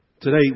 Today